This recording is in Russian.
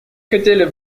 хотели